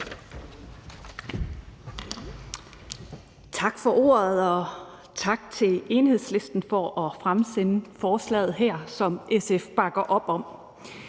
Tak for ordet, og tak til Enhedslisten for at fremsætte forslaget her, som SF bakker op om.